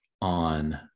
on